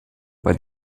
bei